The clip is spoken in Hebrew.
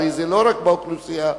הרי זה לא רק באוכלוסייה הערבית.